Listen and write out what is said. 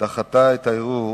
דחתה את הערעור